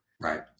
right